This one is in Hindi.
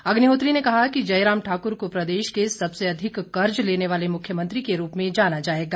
अग्निहोत्री ने कहा कि जयराम ठाक्र को प्रदेश के सबसे अधिक कर्ज लेने वाले मुख्यमंत्री के रूप में जाना जाएगा